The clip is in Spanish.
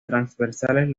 transversales